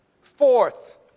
fourth